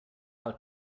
while